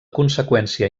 conseqüència